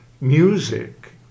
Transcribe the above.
music